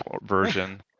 version